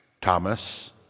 Thomas